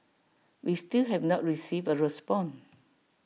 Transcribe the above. we still have not received A response